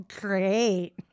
great